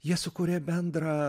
jie sukūrė bendrą